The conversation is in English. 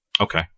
okay